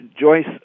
Joyce